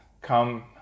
come